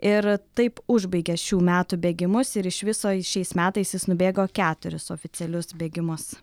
ir taip užbaigė šių metų bėgimus ir iš viso jis šiais metais jis nubėgo keturis oficialius bėgimus